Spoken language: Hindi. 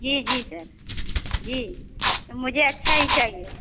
जी जी सर जी मुझे अच्छा ही चाहिए